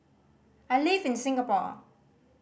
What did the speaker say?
I live in Singapore